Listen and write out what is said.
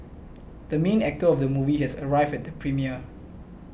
the main actor of the movie has arrived at the premiere